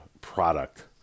product